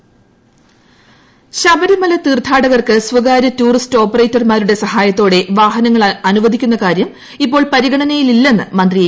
ശശീന്ദ്രൻ ശബരിമല തീർത്ഥാടക്ടർക്ക് സ്വകാര്യ ടൂറിസ്റ്റ് ഓപ്പറേറ്റർമാരുടെ സഹായത്തോടെ വാഹ്നങ്ങൾ അനുവദിക്കുന്നകാര്യം ഇപ്പോൾ പരിഗണനയിലില്ലെന്ന് മന്ത്രി എ